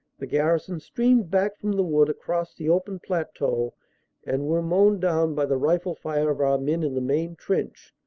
the garrison streamed back from the wood across the open plateau and were mown down by the rifle fire of our men in the main trench,